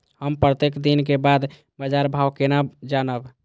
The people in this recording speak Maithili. हम प्रत्येक दिन के बाद बाजार भाव केना जानब?